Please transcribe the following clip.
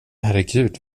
herregud